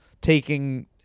taking